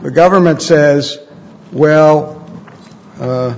the government says well